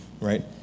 right